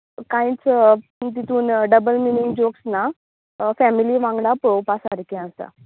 कांयच तितून double meaning jokes ना फॅमिली वांगडा पळोवपा सारके आसा